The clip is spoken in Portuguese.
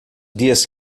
dias